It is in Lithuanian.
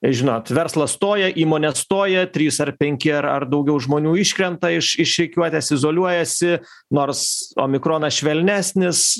žinot verslas stoja įmonės stoja trys ar penki ar ar daugiau žmonių iškrenta iš iš rikiuotės izoliuojasi nors omikronas švelnesnis